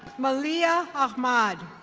malia um achmad.